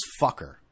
fucker